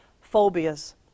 phobias